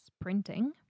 printing